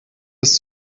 des